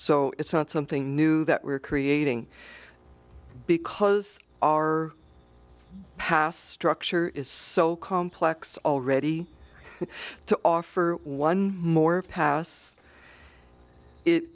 so it's not something new that we're creating because our past structure is so complex already to offer one more pass it